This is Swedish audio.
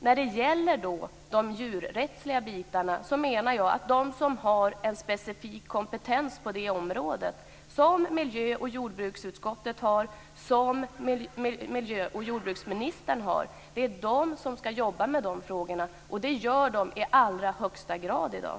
När det gäller de djurrättsliga frågorna, menar jag att det är de som har en specifik kompetens på det området, som miljö och jordbruksutskottet har och som miljö och jordbruksministrarna har, som ska arbeta med de frågorna. Det gör de i allra högsta grad i dag.